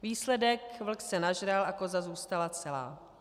Výsledek vlk se nažral a koza zůstala celá.